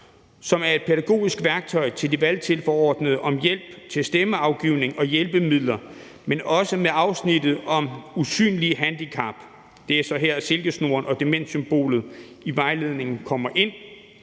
som er et pædagogisk værktøj til de valgtilforordnede om hjælp til stemmeafgivning og hjælpemidler, men også med afsnittet om usynlige handicap – og det er så her, solsikkesnoren og demenssymbolet i vejledningen kommer ind